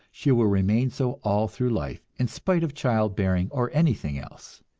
she will remain so all through life, in spite of child-bearing or anything else.